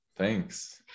Thanks